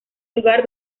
lugar